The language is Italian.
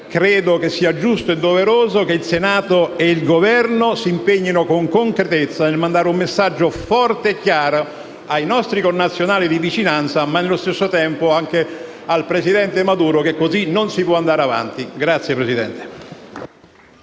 Credo sia giusto e doveroso che il Senato ed il Governo si impegnino con concretezza nel mandare un messaggio forte e chiaro di vicinanza ai nostri connazionali, ma, nello stesso tempo, anche al presidente Maduro che così non si può andare avanti. *(Applausi